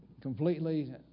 completely